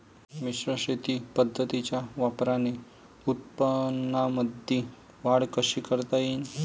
मिश्र शेती पद्धतीच्या वापराने उत्पन्नामंदी वाढ कशी करता येईन?